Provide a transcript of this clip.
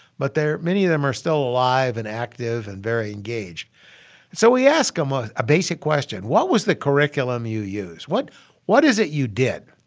but they're many of them are still alive and active and very engaged so we ask them um ah a basic question what was the curriculum you used? what what is it you did?